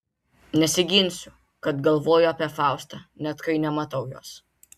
nesiginsiu kad galvoju apie faustą net kai nematau jos